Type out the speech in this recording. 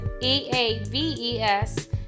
E-A-V-E-S